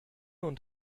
und